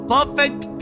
Perfect